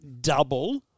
double